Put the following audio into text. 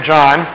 John